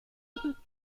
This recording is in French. lisbonne